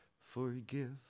forgive